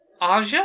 Aja